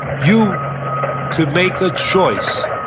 you could make a choice